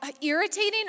irritating